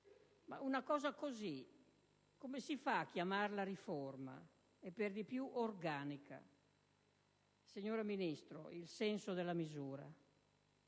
Una cosa così, come si fa a chiamarla riforma, e per di più organica? Signora Ministro, il senso della misura.